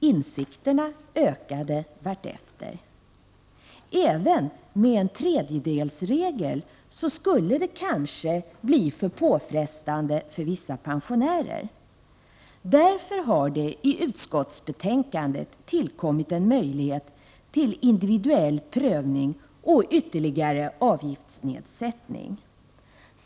Insikten ökade allteftersom. Även med en tredjedelsregel skulle det kanske bli alltför påfrestande för vissa pensionärer. Därför har det i utskottsbetänkandet tillkommit en möjlighet till individuell prövning och ytterligare avgiftsnedsättning. Herr talman!